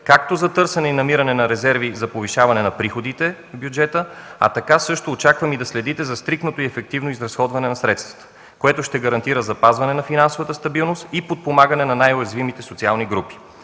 както за търсене и намиране на резерви за повишаване на приходите в бюджета, така също очаквам и да следите за стриктното и ефективно изразходване на средствата, което ще гарантира запазването на финансовата стабилност и подпомагане на най-уязвимите социални групи.